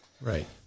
Right